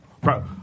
bro